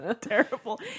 Terrible